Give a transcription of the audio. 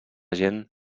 gent